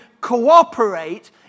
cooperate